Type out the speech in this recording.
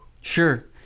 sure